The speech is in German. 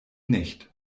nicht